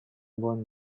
moon